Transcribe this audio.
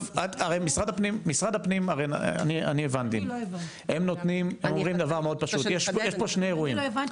משרד הפנים הרי אומרים דבר מאוד פשוט: יש פה שני אירועים: